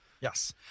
Yes